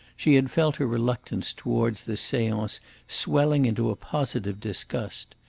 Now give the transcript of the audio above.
she had felt her reluctance towards this seance swelling into a positive disgust.